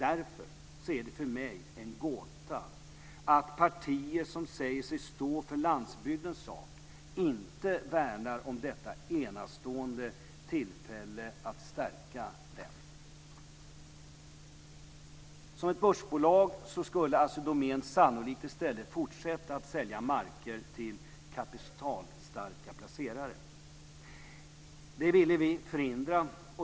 Därför är det för mig en gåta att partier som säger sig stå för landsbygdens sak inte värnar om detta enastående tillfälle att stärka den. Som ett börsbolag skulle Assi Domän sannolikt fortsätta att sälja marker till kapitalstarka placerare. Det ville vi förhindra.